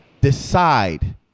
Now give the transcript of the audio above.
decide